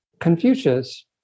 Confucius